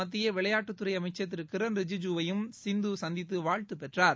மத்திய விளையாட்டுத்துறை அமைச்சர் திரு கிரண் ரிஜூஜூவையும் சிந்து சந்தித்து வாழ்த்து பெற்றார்